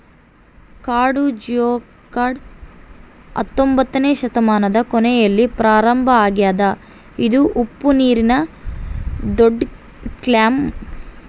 ಕಾಡು ಜಿಯೊಡಕ್ ಹತ್ತೊಂಬೊತ್ನೆ ಶತಮಾನದ ಕೊನೆಯಲ್ಲಿ ಪ್ರಾರಂಭ ಆಗ್ಯದ ಇದು ಉಪ್ಪುನೀರಿನ ದೊಡ್ಡಕ್ಲ್ಯಾಮ್